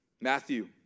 Matthew